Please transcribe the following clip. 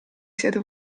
siete